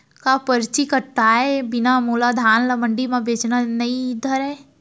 का परची कटाय बिना मोला धान ल मंडी म बेचन नई धरय?